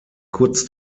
kurz